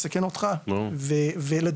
זה מסכן אותך ולדווח,